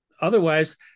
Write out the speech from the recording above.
otherwise